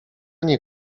nie